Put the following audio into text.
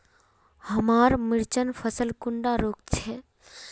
हमार मिर्चन फसल कुंडा रोग छै?